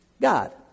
God